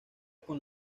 con